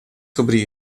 sobre